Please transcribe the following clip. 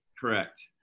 Correct